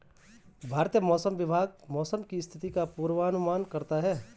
भारतीय मौसम विभाग मौसम की स्थिति का पूर्वानुमान करता है